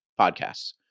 podcasts